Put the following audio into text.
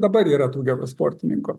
dabar yra tų gerų sportininkų